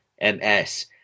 MS